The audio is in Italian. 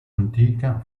antica